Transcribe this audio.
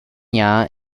jahr